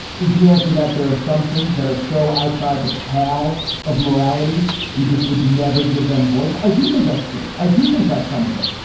is the answer that there are some things that are so outside the pale of morality you just would never give them voice? i do think that's true. i do think that some of it.